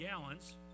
gallons